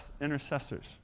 intercessors